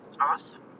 awesome